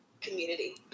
community